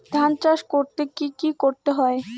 ধান চাষ করতে কি কি করতে হয়?